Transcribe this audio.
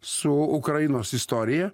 su ukrainos istorija